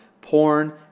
porn